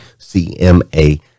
CMA